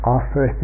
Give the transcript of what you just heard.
offer